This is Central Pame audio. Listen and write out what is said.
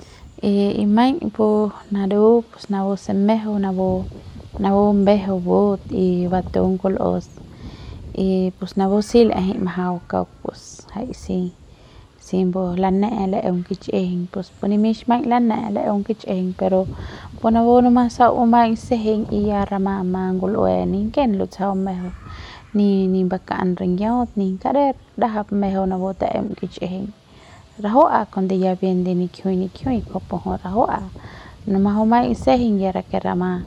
y y maiñ pu naru pus napu se mejeu napu napu mbejue but y batung kul'us y pus napu si la'ejei si majau kauk pus jai si si mbu lane'e laeung kich'ijiñ pus nimix maiñ lane'e laeung kich'ijiñ pero pus napu sajau bumaiñ sejeiñ y ya rama ma ngul'ue ninken lutsjau mejeu ni ni mbaka'an ringiaut ni kader ndajap mejeu napu taem kich'ijiñ rajua'a kuande ya bien de nikiujuiñ nikiujuiñ kujupu jui rajua'a nomas bumaiñ sejeiñ ya rake rama